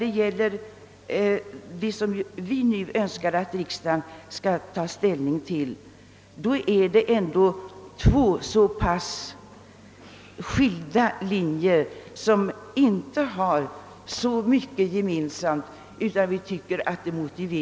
Men den fråga vi nu önskar att riksdagen skall ta ställning till gäller två så pass skilda linjer som inte har så mycket gemensamt, att vi anser det motiverat att dela upp den utbildningen.